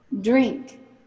drink